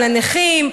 לנכים,